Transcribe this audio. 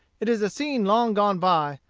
it is a scene long gone by,